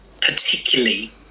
particularly